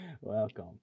welcome